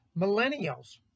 millennials